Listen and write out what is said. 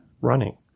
running